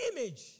image